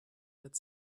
that